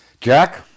Jack